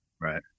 Right